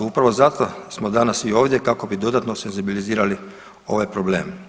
Upravo zato smo danas i ovdje kako bi dodatno senzibilizirali ovaj problem.